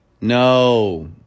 No